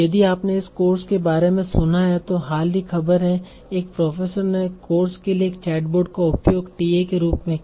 यदि आपने इस कोर्स के बारे में सुना है तों हाल की खबर हे एक प्रोफेसर ने कोर्स के लिए एक चैटबॉट का उपयोग टीए के रूप में किया